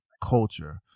culture